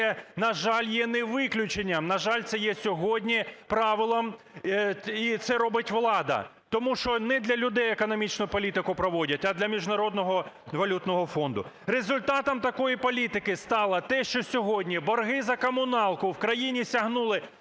на жаль, є не виключенням. На жаль, це є сьогодні правилом, і це робить влада, тому що не для людей економічну політику проводять, а для Міжнародного валютного фонду. Результатом такої політики стало те, що сьогодні борги за комуналку в країні сягнули